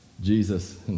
Jesus